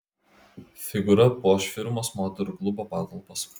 figūra puoš firmos moterų klubo patalpas